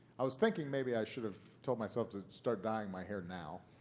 i was thinking maybe i should have told myself to start dying my hair now